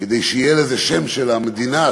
כדי שיהיה לזה שם של המדינה,